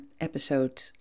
episode